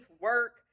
work